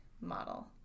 model